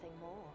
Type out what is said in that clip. more